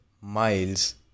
miles